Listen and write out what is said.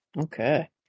Okay